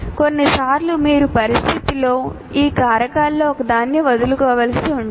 కొన్నిసార్లు మీరు పరిస్థితిలో ఈ కారకాల్లో ఒకదాన్ని వదులుకోవలసి ఉంటుంది